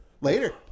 Later